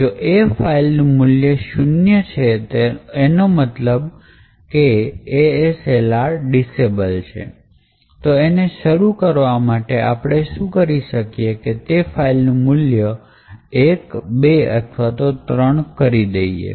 જો એ ફાઈલ નું મૂલ્ય શૂન્ય છે એનો મતલબ ડિસેબલ છે તો એને શરૂ કરવા માટે આપણે શું કરી શકીએ કે તે ફાઈલનું મૂલ્ય ૧ ૨ અથવા તો ૩ કરી દઈએ